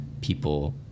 people